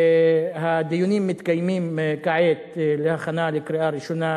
כעת מתקיימים דיונים להכנה לקריאה ראשונה,